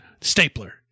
Stapler